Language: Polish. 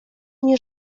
nie